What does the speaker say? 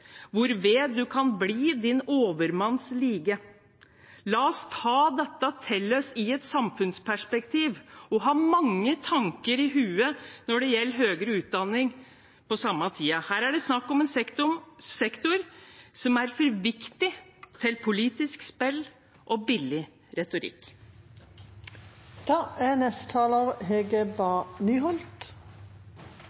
din overmands lige.» La oss ta dette til oss i et samfunnsperspektiv og ha mange tanker i hodet på samme tid når det gjelder høyere utdanning. Her er det snakk om en sektor som er for viktig til å ha politisk spill og billig